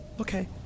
okay